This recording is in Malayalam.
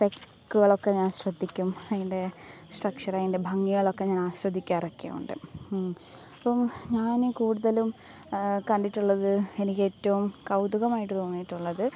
സ്പെക്കുകളൊക്കെ ഞാൻ ശ്രദ്ധിക്കും അതിൻ്റെ സ്ട്രെക്ചറ് അതിൻ്റെ ഭംഗികളൊക്കെ ഞാൻ ആസ്വദിക്കാറൊക്കെയുണ്ട് അപ്പോൾ ഞാൻ കൂടുതലും കണ്ടിട്ടുള്ളത് എനിക്ക് ഏറ്റവും കൗതുകം ആയിട്ട് തോന്നിയിട്ടുള്ളത്